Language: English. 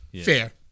Fair